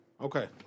Okay